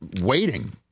waiting